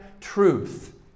truth